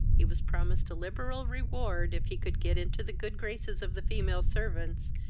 he was promised a liberal reward if he could get into the good graces of the female servants,